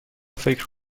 فکر